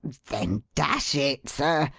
then, dash it, sir,